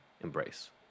embrace